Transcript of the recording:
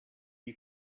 you